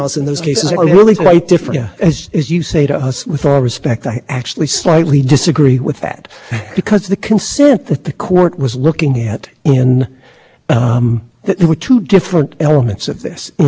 read the cases that were so yes i think it is your honor we read it differently we think that that what the court said was much more broadly that the article three aspects could be forfeited and that that's what the court said but and i think also the